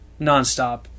nonstop